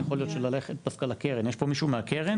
יוכל רגע להתפנות למה שהוא צריך להביא.